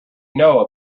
know